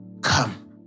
come